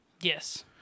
Yes